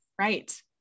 Right